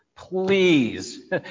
Please